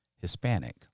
Hispanic